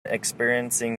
experiencing